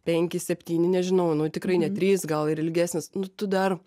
penki septyni nežinau nu tikrai ne trys gal ir ilgesnis nu tu dar